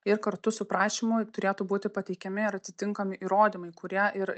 ir kartu su prašymu turėtų būti pateikiami ir atitinkami įrodymai kurie ir